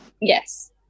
yes